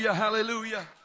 hallelujah